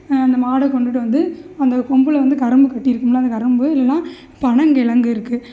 அந்த மாடை கொண்டுவிட்டு வந்து அந்த கொம்பில் வந்து கரும்பு கட்டியிருக்கும்ல அந்த கரும்பு வந்து இல்லைனா பனங்கிழங்கு இருக்குது